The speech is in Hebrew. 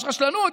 יש רשלנות,